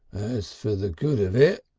as for the good of it,